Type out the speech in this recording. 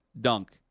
dunk